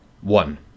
One